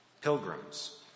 Pilgrims